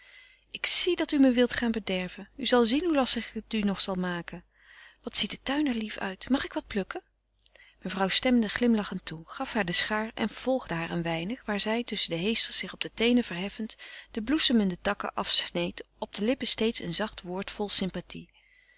ik zie dat u me wilt gaan bederven u zal zien hoe lastig ik het u nog maken zal wat ziet de tuin er lief uit mag ik wat plukken mevrouw stemde glimlachend toe gaf haar de schaar en volgde haar een weinig waar zij tusschen de heesters zich op de teenen verheffend de bloesemende takken afsneed op de lippen steeds een zacht woord vol sympathie